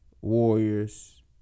Warriors